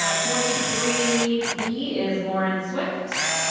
um forty three b is lauren swift.